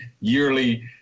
yearly